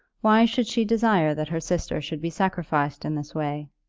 why should she desire that her sister should be sacrificed in this way?